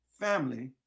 family